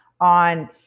on